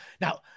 now